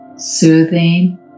soothing